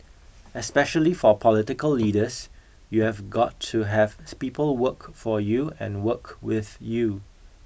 especially for political leaders you've got to have the people work for you and work with you